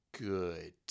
good